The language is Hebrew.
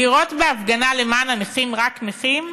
לראות בהפגנה למען הנכים רק נכים,